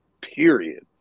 Period